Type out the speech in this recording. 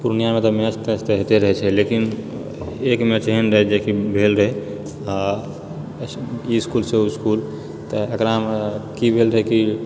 पूर्णियाँमे तऽ मैच तैच तऽ होइते रहैछे लेकिन एक मैच एहन रहै जेकि भेल रहै आ ई इसकुलेसँ ओ इसकुल तऽ एकरामे कि भेल रहैकि